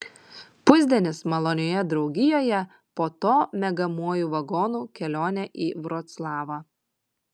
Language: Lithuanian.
pusdienis malonioje draugijoje po to miegamuoju vagonu kelionė į vroclavą